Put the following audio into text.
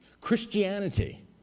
Christianity